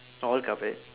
all covered